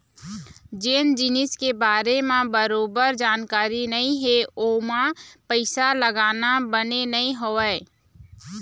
जेन जिनिस के बारे म बरोबर जानकारी नइ हे ओमा पइसा लगाना बने नइ होवय